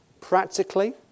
Practically